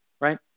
Right